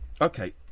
Okay